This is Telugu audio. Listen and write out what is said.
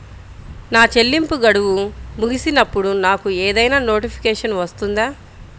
నా చెల్లింపు గడువు ముగిసినప్పుడు నాకు ఏదైనా నోటిఫికేషన్ వస్తుందా?